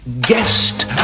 guest